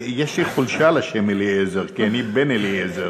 יש לי חולשה לשם אליעזר, כי אני בן-אליעזר.